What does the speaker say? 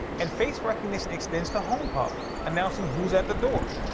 and face recognition extends to homepod, announcing who's at the door.